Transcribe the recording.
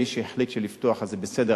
מי שהחליט לפתוח, אז זה בסדר.